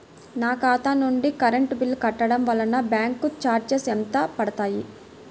నా ఖాతా నుండి కరెంట్ బిల్ కట్టడం వలన బ్యాంకు చార్జెస్ ఎంత పడతాయా?